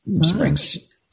springs